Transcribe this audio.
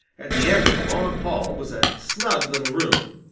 at the end of the long hall was a snug little room,